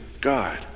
God